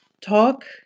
talk